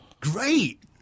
Great